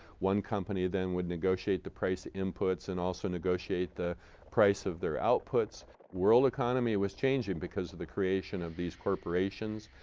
one company then would negotiate the price inputs and also negotiate the price of their outputs. the world economy was changing because of the creation of these corporations,